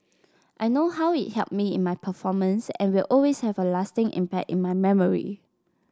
I know how it helped me in my performance and will always have a lasting impact in my memory